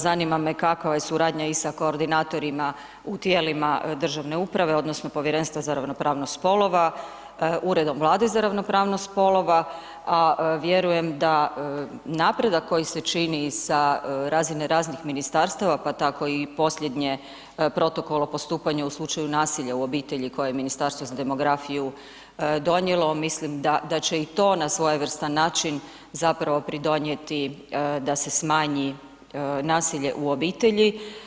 Zanima me kakva je suradnja i sa koordinatorima u tijelima državne uprave odnosno Povjerenstva za ravnopravnost spolova, Uredom Vlade za ravnopravnost spolova a vjerujem da napredak koji se čini sa razine raznih ministarstava pa tako i posljednje Protokola o postupanju u slučaju nasilja u obitelji koje je Ministarstvo za demografiju donijelo, mislim da će i to na svojevrstan način zapravo pridonijeti da se smanji nasilje u obitelji.